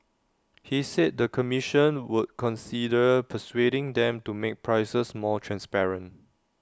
he said the commission would consider persuading them to make prices more transparent